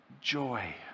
joy